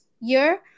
year